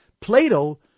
Plato